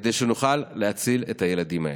כדי שנוכל להציל את הילדים האלה.